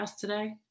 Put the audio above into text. today